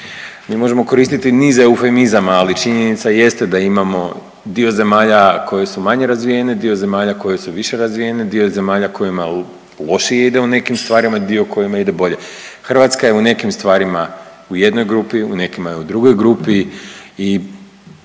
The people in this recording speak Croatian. mi možemo koristiti niz eufemizama, ali činjenica jeste da imamo dio zemalja koje su manje razvijene, dio zemalja koje su više razvijene, dio zemalja kojima lošije ide u nekim stvarima, dio u kojima ide bolje. Hrvatska je u nekim stvarima u jednoj grupi, u nekima je u drugoj grupi i